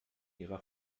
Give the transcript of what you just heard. ihrer